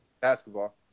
basketball